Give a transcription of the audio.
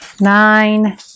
Nine